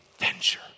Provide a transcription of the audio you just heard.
adventure